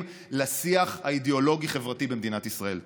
לשיח האידיאולוגי החברתי במדינת ישראל.